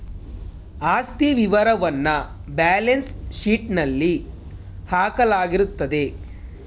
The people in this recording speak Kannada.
ಆಸ್ತಿ ವಿವರವನ್ನ ಬ್ಯಾಲೆನ್ಸ್ ಶೀಟ್ನಲ್ಲಿ ಹಾಕಲಾಗಿರುತ್ತದೆ